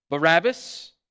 Barabbas